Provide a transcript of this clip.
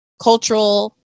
cultural